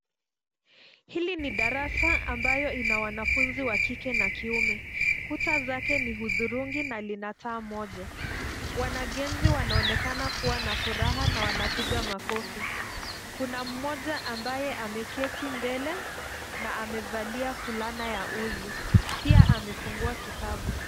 Hili ni darasa ambayo ina wanafunzi wa kike na kiume. Kuta zake ni hudhurungi na lina taa moja. Wanagenzi wanaonekana kuwa na furaha na wanapiga makofi. Kuna mmoja ambaye ameketi mbele na amevalia fulana ya uzi pia amefungua kitabu.